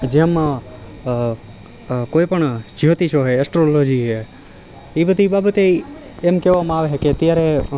જેમ કોઈપણ જ્યોતિષો છે એસ્ટ્રોલોજી છે એ બધી બાબતે એમ કહેવામાં આવે છે કે ત્યારે